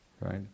right